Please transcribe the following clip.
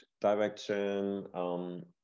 direction